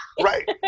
Right